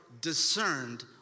discerned